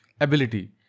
ability